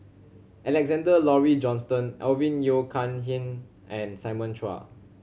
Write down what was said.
Alexander Laurie Johnston Alvin Yeo Khirn Hai and Simon Chua